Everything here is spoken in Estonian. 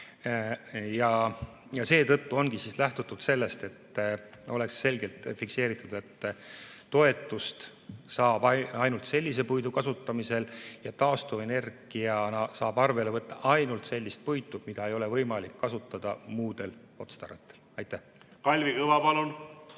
Ja seetõttu ongi lähtutud sellest, et oleks selgelt fikseeritud: toetust saab ainult sellise puidu kasutamisel ja taastuvenergiaallikana saab arvele võtta ainult sellist puitu, mida ei ole võimalik kasutada muudel otstarvetel. Kalvi Kõva, palun!